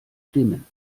dimmen